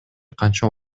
канча